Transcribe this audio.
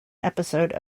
episode